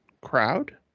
crowd